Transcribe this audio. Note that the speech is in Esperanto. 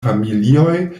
familioj